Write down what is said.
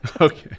okay